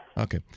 Okay